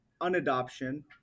unadoption